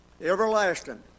everlasting